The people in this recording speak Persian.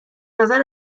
نظر